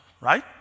Right